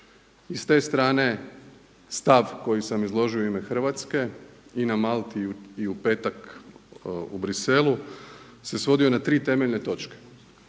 I s te strane stav koji sam izložio u ime Hrvatske i na Malti i u petak u Bruxellesu se svodio na tri temeljne točke.